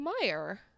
meyer